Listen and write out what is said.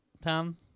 Tom